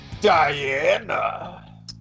Diana